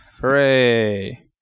Hooray